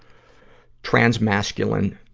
trans-masculine,